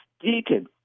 Deacon